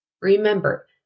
remember